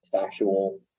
factual